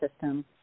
system